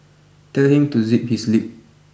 tell him to zip his lip